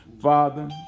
Father